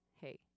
Hey